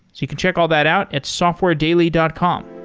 you can check all that out at softwaredaily dot com.